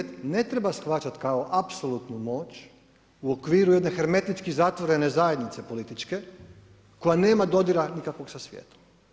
Suverenitet ne treba shvaćati kao apsolutnu moć u okviru jedne hermetički zatvorene zajednice političke koja nema dodira nikakvog sa svijetom.